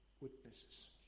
witnesses